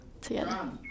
Together